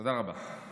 תודה רבה.